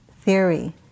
theory